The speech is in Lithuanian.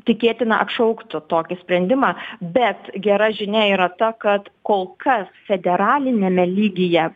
tikėtina atšauktų tokį sprendimą bet gera žinia yra ta kad kol kas federaliniame lygyje